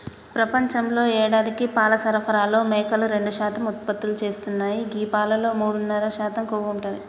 ప్రపంచంలో యేడాదికి పాల సరఫరాలో మేకలు రెండు శాతం ఉత్పత్తి చేస్తున్నాయి గీ పాలలో మూడున్నర శాతం కొవ్వు ఉంటది